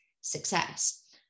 success